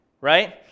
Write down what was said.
right